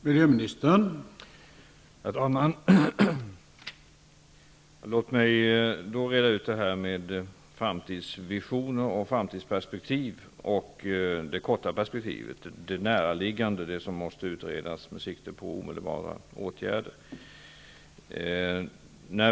Herr talman! Låt mig reda ut detta med framtidsvisioner och framtidsperspektiv visavi det korta perspektivet, det näraliggande, som måste utredas med sikte på omedelbara åtgärder.